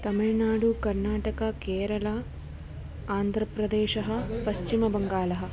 तमिल्नाडु कर्नाटक केरला आन्द्रप्रदेशः पश्चिमबङ्गालः